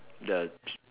the